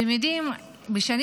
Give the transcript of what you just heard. אתם יודעים, בשנים